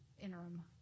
interim